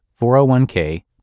401k